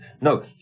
no